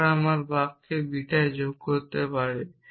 তারপর আমরা বাক্যে বিটা যোগ করতে পারি